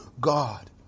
God